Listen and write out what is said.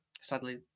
sadly